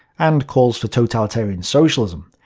and calls for totalitarian socialism,